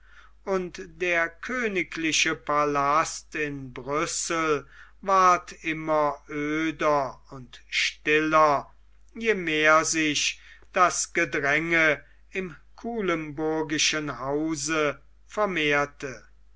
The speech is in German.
und der königliche palast in brüssel ward immer öder und stiller je mehr sich das gedränge im kuilemburgischen hause vermehrte